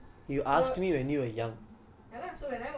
attention you get from other people